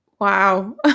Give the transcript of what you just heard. Wow